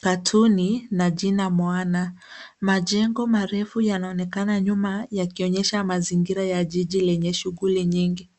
katuni na jina Moana. Majengo marefu yanaonekana nyuma yakionyesha mazingira ya jiji lenye shughuli nyingi.